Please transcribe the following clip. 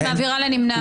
הצבעה לא אושרה נפל.